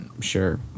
Sure